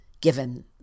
given